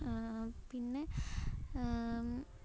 പിന്നെ